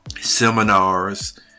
seminars